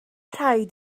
rhaid